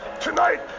Tonight